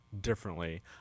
differently